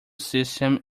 system